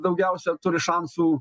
daugiausia turi šansų